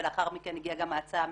ולאחר מכן הגיעה גם ההצעה הממשלתית.